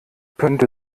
könnte